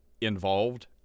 involved